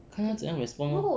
看她怎样 respond lor